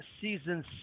Season